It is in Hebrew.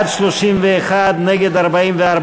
31, נגד, 44,